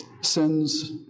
sins